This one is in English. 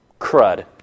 crud